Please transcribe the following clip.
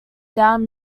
down